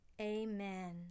Amen